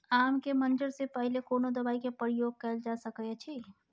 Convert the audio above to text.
आम के मंजर से पहिले कोनो दवाई के प्रयोग कैल जा सकय अछि?